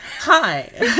hi